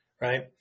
right